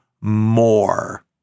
more